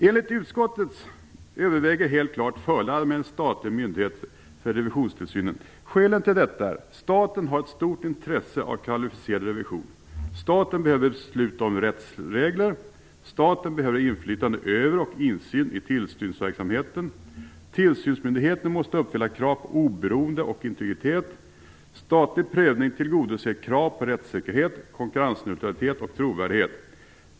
Enligt utskottet överväger helt klart fördelarna med en statlig myndighet för revisionstillsynen. Skälet är att staten har ett stort intresse av kvalificerad revision. Staten behöver beslut om rättsregler. Staten behöver inflytande över och insyn i tillsynsverksamheten. Tillsynsmyndigheten måste uppfylla krav på oberoende och integritet. Statlig prövning tillgodoser krav på rättssäkerhet, konkurrensneutralitet och trovärdighet.